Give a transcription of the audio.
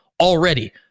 already